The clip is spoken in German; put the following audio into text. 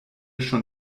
schon